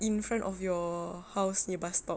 in front of your house nya bus stop